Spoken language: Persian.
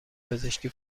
پزشکی